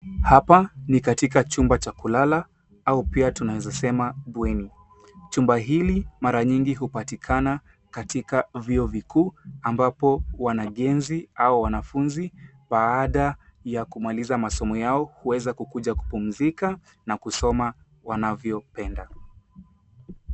Hapa ni katika chumba cha kulala au pia tunaweza sema bweni. Chumba hili mara nyingi hupatikana katika vyuo vikuu ambapo wanagenzi au wanafunzi, baada ya kumaliza masomo yao, huweza kukuja kupumzika na kusoma wanavyopenda.